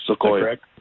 correct